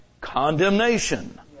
condemnation